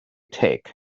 take